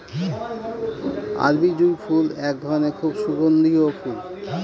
আরবি জুঁই ফুল এক ধরনের খুব সুগন্ধিও ফুল